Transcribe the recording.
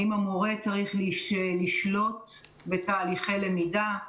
האם המורה צריך לשלוט בתהליכי למידה?